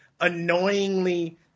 annoyingly